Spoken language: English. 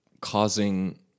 causing